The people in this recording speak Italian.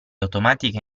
automatica